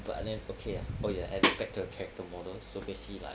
but then okay ah oh ya and back to the character model so basically like